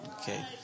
okay